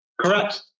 Correct